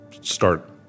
start